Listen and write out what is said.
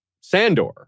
Sandor